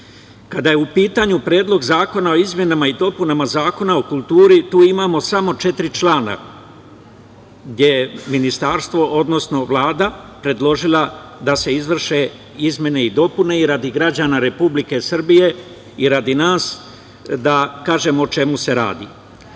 itd. Kada je u pitanju Predlog zakona o izmenama i dopunama Zakona o kulturi, tu imamo samo četiri člana jer ministarstvo, odnosno Vlada je predložila da se izvrše izmene i dopune i, radi građana Republike Srbije i radi nas, da kažem o čemu se